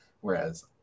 whereas